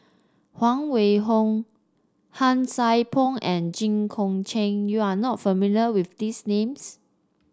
Huang Wenhong Han Sai Por and Jit Koon Ch'ng you are not familiar with these names